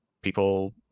people